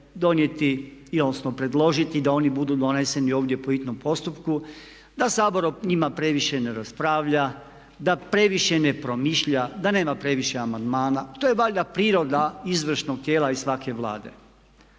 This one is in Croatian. donijeti odnosno predložiti da oni budu doneseni ovdje po hitnom postupku, da Sabor o njima previše ne raspravlja, da previše ne promišlja, da nema previše amandmana. To je valjda priroda izvršnog tijela i svake Vlade.